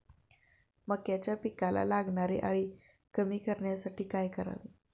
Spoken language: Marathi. मक्याच्या पिकाला लागणारी अळी कमी करण्यासाठी काय करावे?